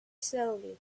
slowly